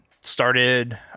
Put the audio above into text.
Started